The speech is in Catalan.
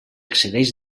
accedeix